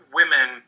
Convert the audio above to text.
women